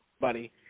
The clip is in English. buddy